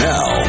Now